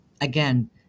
again